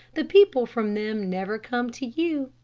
the people from them never come to you.